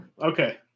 Okay